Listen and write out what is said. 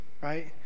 right